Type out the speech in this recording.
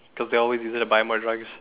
cause they only use it to buy more drugs